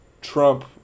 Trump